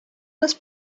was